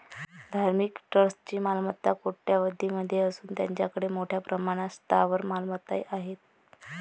धार्मिक ट्रस्टची मालमत्ता कोट्यवधीं मध्ये असून त्यांच्याकडे मोठ्या प्रमाणात स्थावर मालमत्ताही आहेत